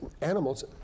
animals